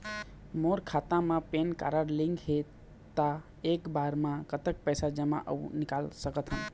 मोर खाता मा PAN card link हे ता एक बार मा कतक पैसा जमा अऊ निकाल सकथन?